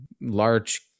large